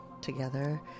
together